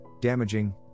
damaging